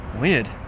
Weird